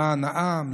למען העם,